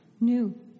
new